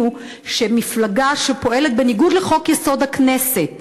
שמפלגה שפועלת בניגוד לחוק-יסוד: הכנסת,